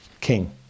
king